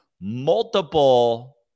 multiple